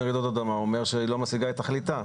רעידות אדמה אומר שהיא לא משיגה את תכליתה?